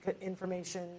information